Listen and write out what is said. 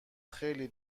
خیلی